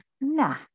Nah